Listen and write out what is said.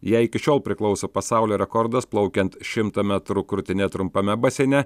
jai iki šiol priklauso pasaulio rekordas plaukiant šimtą metrų krūtine trumpame baseine